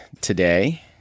today